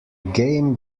game